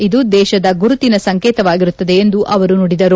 ಇದು ದೇಶದ ಗುರುತಿನ ಸಂಕೇತವಾಗಿರುತ್ತದೆ ಎಂದು ಅವರು ನುಡಿದರು